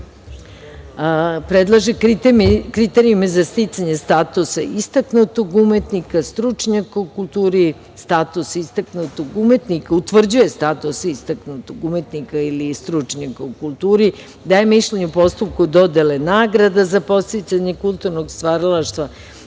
predlaže kriterijume za sticanje statusa istaknutog umetnika, stručnjaka u kulturi, utvrđuje status istaknutog umetnika ili stručnjaka u kulturi, daje mišljenje u postupku dodele nagrada za podsticanje kulturnog stvaralaštva,